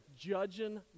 judging